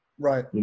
Right